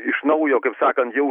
iš naujo kaip sakant jau